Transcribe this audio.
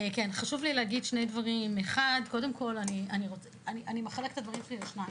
חשוב לי להגיד כמה דברים ואני מחלקת את דברי לשניים,